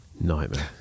nightmare